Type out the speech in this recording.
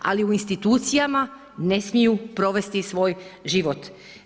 Ali u institucijama ne smiju provesti svoj život.